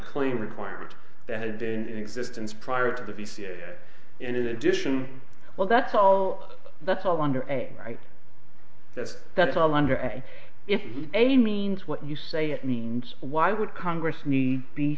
claim requirement that had been in existence prior to the p c a and in addition well that's all that's all under a right that's that's all under and if a means what you say it means why would congress need b